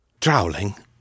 Drowling